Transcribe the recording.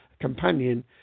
companion